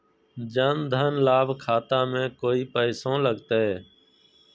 जन धन लाभ खाता में कोइ पैसों लगते?